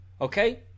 Okay